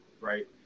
right